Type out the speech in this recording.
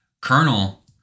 Colonel